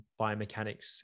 biomechanics